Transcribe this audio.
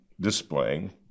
displaying